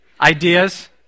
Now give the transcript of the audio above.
Ideas